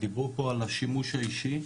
דיברו פה על השימוש האישי,